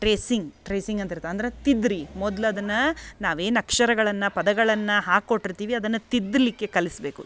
tracing tracing ಅಂತಿರ್ತದ ಅಂದ್ರೆ ತಿದ್ರಿ ಮೊದ್ಲು ಅದನ್ನ ನಾವು ಏನು ಅಕ್ಷರಗಳನ್ನು ಪದಗಳನ್ನು ಹಾಕೊಟ್ಟಿರ್ತೀವಿ ಅದನ್ನ ತಿದ್ದಲ್ಲಿಕ್ಕೆ ಕಲಿಸ್ಬೇಕು